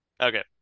Okay